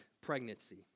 pregnancy